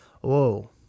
Whoa